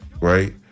Right